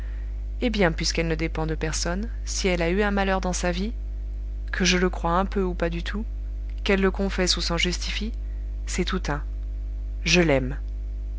eh bien puisqu'elle ne dépend de personne si elle a eu un malheur dans sa vie que je le croie un peu ou pas du tout qu'elle le confesse ou s'en justifie c'est tout un je l'aime